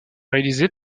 réalisée